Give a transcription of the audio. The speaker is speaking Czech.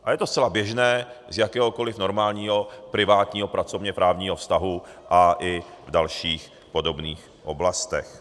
A je to zcela běžné z jakéhokoliv normálního privátního pracovněprávního vztahu a i v dalších podobných oblastech.